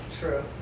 True